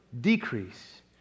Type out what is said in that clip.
decrease